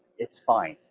it's fine.